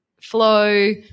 flow